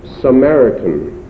Samaritan